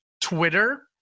Twitter